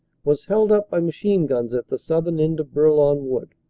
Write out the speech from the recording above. was held up by machine-guns at the southern end of bourlon wood.